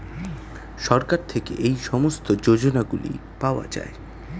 সরকার থেকে এই সমস্ত যোজনাগুলো পাওয়া যায়